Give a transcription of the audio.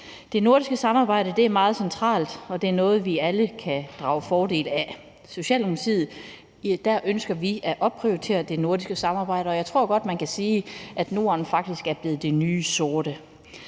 Det nordiske samarbejde er meget centralt, og det er noget, vi alle kan drage fordel af. I Socialdemokratiet ønsker vi at opprioritere det nordiske samarbejde, og jeg tror godt, man kan sige, at Norden faktisk er blevet det nye sort.